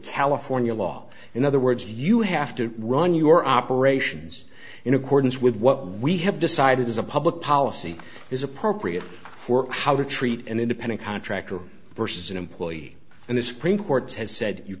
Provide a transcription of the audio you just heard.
california law in other words you have to run your operations in accordance with what we have decided is a public policy is appropriate for how to treat an independent contractor versus an employee and the supreme court has said you